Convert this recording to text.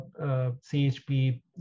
CHP